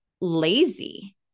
lazy